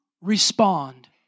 respond